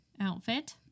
outfit